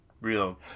real